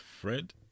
Fred